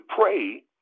pray